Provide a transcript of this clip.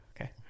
Okay